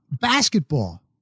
Basketball